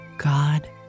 God